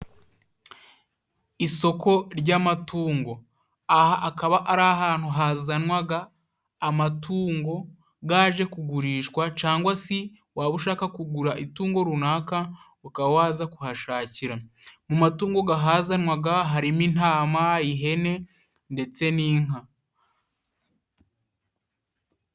Isoko ry'amatungo aha akaba ari ahantu hazanwaga amatungo gaje kugurishwa, cyangwa se waba ushaka kugura itungo runaka uka waza kuhashakira, mu matungo gahazanwaga harimo intama y'ihene ndetse n'inka.